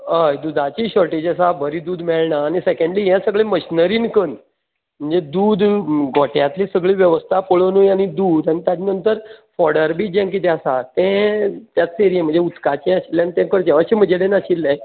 हय दुदाची शाॅर्टेज आसा बरी दूद मेळना आनी सेकेंडली यें सगलें मशनरींकूच कन् म्हणजे दूद गोठ्यांतली सगली वेवस्था पळोवनूय आनी दूद आनी ताज्या नंतर फोडर बी जें कितें आसा तें त्यात एरियेन म्हळ्यार उदकाचें तें आशिल्ल्यान तें करचें अशें म्हणजें तें नाशिल्लें